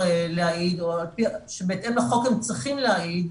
להעיד או שבהתאם לחוק הם צריכים להעיד,